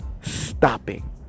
stopping